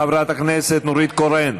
חברת הכנסת נורית קורן,